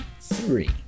three